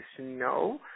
no